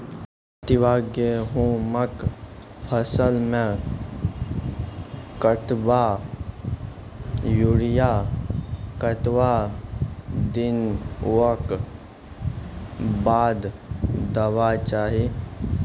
प्रति बीघा गेहूँमक फसल मे कतबा यूरिया कतवा दिनऽक बाद देवाक चाही?